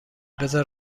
بذار